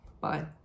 Bye